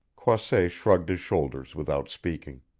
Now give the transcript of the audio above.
croisset shrugged his shoulders without speaking.